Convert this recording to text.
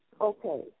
okay